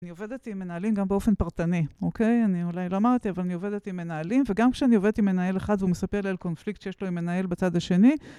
אני עובדת עם מנהלים גם באופן פרטני, אוקיי? אני אולי למדתי, אבל אני עובדת עם מנהלים, וגם כשאני עובדת עם מנהל אחד והוא מספר לי על קונפליקט שיש לו עם מנהל בצד השני...